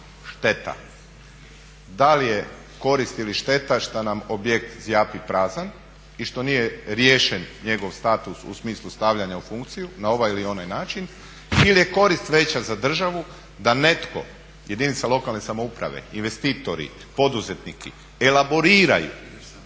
šteta, da li je korist ili šteta šta nam objekt zjapi prazan i što nije riješen njegov status u smislu stavljanja u funkciju na ovaj ili onaj način ili je korist veća za državu da netko, jedinica lokalne samouprave, investitori, poduzetnici, elaboriraju,